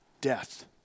Death